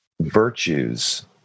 virtues